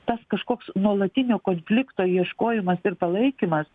tas kažkoks nuolatinio konflikto ieškojimas ir palaikymas